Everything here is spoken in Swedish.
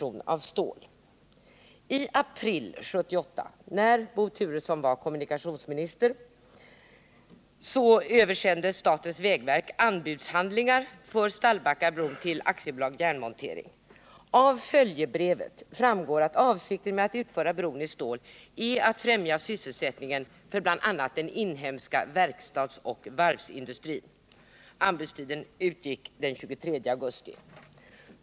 I april 1978 — då var således Bo Turesson kommunikationsminister — översände statens vägverk anbudshandlingar för Stallbackabron till AB Järnmontering. Av följebrevet framgår att avsikten med att utföra bron i stål Nr 150 är att främja sysselsättningen för bl.a. den inhemska verkstadsoch varvsindustrin. Anbudstiden utgick den 23 augusti.